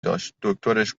داشت، دکترش